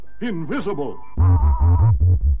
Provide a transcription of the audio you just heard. invisible